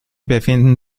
befinden